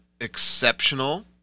exceptional